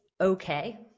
okay